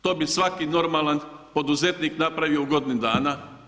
To bi svaki normalan poduzetnik napravio u godini dana.